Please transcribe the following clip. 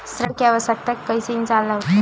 ऋण के आवश्कता कइसे इंसान ला होथे?